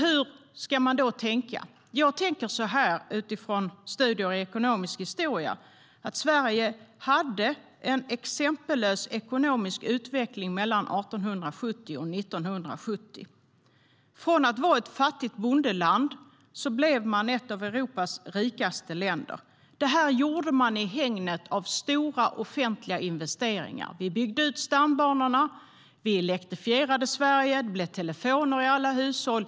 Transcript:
Hur ska man då tänka? Jag tänker så här utifrån studier i ekonomisk historia: Sverige hade en exempellös ekonomisk utveckling mellan 1870 och 1970. Från att ha varit ett fattigt bondeland blev man ett av Europas rikaste länder. Detta gjorde man i hägnet av stora offentliga investeringar. Man byggde ut stambanorna, elektrifierade Sverige och installerade telefoner till alla hushåll.